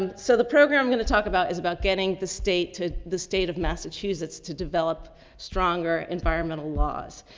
um so the program i'm going to talk about is about getting the state to the state of massachusetts to develop stronger environmental laws.